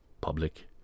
Public